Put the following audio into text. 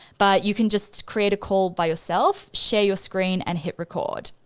but you can just create a call by yourself, share your screen and hit record.